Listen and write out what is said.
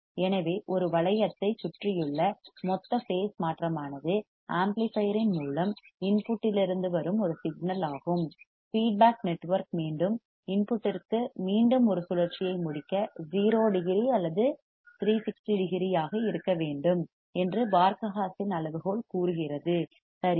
எனவே ஒரு வளையத்தைச் லூப் ஐச் சுற்றியுள்ள மொத்த பேஸ் மாற்றமானது ஆம்ப்ளிபையர் இன் மூலம் இன்புட்டிலிருந்து வரும் ஒரு சிக்னல் ஆகும் ஃபீட்பேக் நெட்வொர்க் மீண்டும் இன்புட்டிற்கு மீண்டும் ஒரு சுழற்சியை முடிக்க 0 டிகிரி அல்லது 360 டிகிரி ஆக இருக்க வேண்டும் என்று பார்க ஹா சென் அளவுகோல் கூறுகிறது சரியா